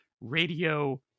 radio